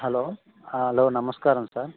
hello hello నమస్కారం sir